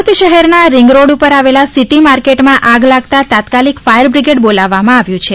આગ સુરત સુરત શહેરના રીંગરોડ પર આવેલા સીટી માર્કેટમાં આગ લાગતાં તાત્કાલિક ફાયરબ્રિગેડ બોલાવવામાં આવ્યું છે